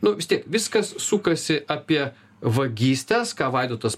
nu vis tiek viskas sukasi apie vagystes ką vaidotas